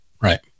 Right